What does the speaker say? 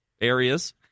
areas